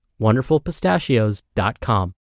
wonderfulpistachios.com